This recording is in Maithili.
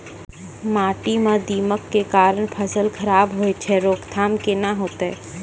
माटी म दीमक के कारण फसल खराब होय छै, रोकथाम केना होतै?